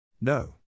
No